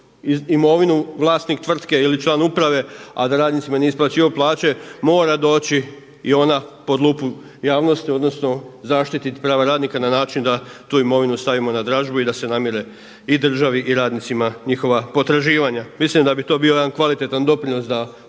imovinu vlasnik tvrtke ili član uprave, a da radnicima nije isplaćivao plaće mora doći i ona pod lupu javnosti odnosno zaštititi prava radnika na način da tu imovinu stavimo na dražbu i da se namire i državi i radnicima njihova potraživanja. Mislim da bi to bio jedan kvalitetan doprinos da